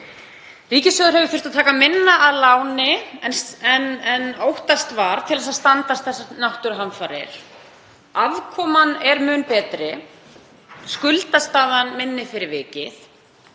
Ríkissjóður hefur þurft að taka minna að láni en óttast var til að standast þessar náttúruhamfarir, afkoman er mun betri og skuldastaðan minni fyrir vikið.